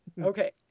Okay